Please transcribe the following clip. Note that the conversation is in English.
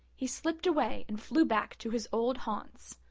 he slipped away and flew back to his old haunts.